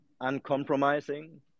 uncompromising